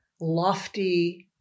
lofty